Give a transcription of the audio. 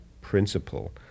principle